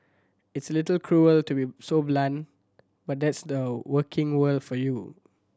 it's little cruel to be so blunt but that's the working world for you